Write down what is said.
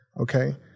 okay